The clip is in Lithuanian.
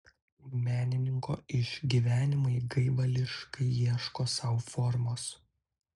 menininko išgyvenimai gaivališkai ieško sau formos